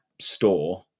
store